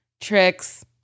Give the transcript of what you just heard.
tricks